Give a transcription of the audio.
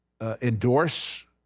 endorse